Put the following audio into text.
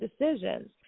decisions